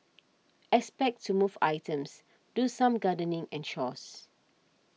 expect to move items do some gardening and chores